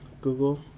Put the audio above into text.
Google